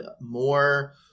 more